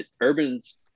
Urban's